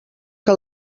que